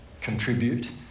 contribute